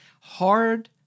hard